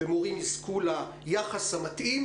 ויזכו ליחס המתאים.